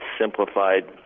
simplified